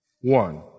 One